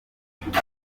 burundi